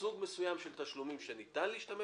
לסוג מסוים של תשלומים שניתן להשתמש